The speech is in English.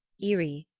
iri,